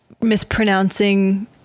mispronouncing